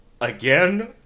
Again